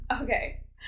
okay